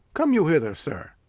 come you hither, sir.